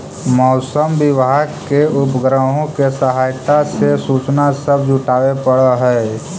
मौसम विभाग के उपग्रहों के सहायता से सूचना सब जुटाबे पड़ हई